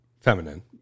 feminine